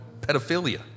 pedophilia